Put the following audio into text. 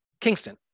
Kingston